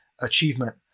achievement